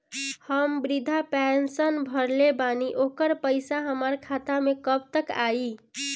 हम विर्धा पैंसैन भरले बानी ओकर पईसा हमार खाता मे कब तक आई?